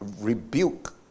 rebuke